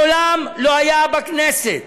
מעולם לא הייתה בכנסת